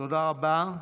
תודה רבה.